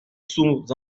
sous